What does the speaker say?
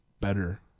better